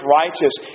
righteous